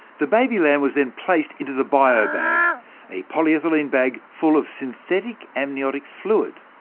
the baby lamb was then placed into the biobag a polyethylene bag full of synthetic amniotic fluid.